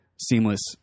seamless